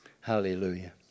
Hallelujah